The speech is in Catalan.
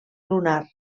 lunar